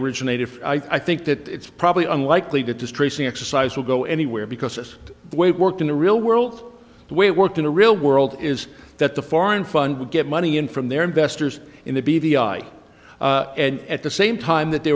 originated i think that it's probably unlikely that distressing exercise will go anywhere because this is the way it worked in the real world the way it worked in a real world is that the foreign fund would get money in from their investors in the b the i and at the same time that they